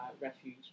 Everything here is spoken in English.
refuge